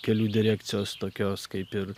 kelių direkcijos tokios kaip ir